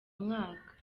mwaka